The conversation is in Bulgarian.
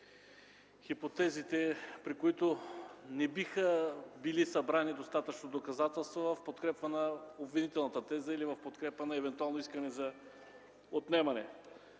хипотезите, при които не биха били събрани достатъчно доказателства в подкрепа на обвинителната теза, или в подкрепа на евентуално искане за отнемане.